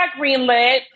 greenlit